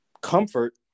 comfort